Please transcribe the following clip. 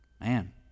man